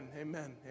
amen